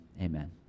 amen